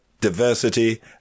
diversity